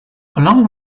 along